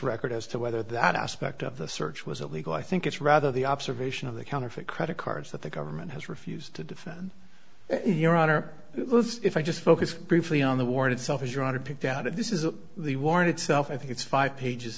record as to whether that aspect of the search was illegal i think it's rather the observation of the counterfeit credit cards that the government has refused to defend your honor let's just focus briefly on the war itself is your honor picked out of this is the warrant itself i think it's five pages